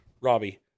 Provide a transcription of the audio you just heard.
Robbie